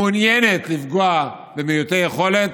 מעוניינת לפגוע במעוטי יכולת.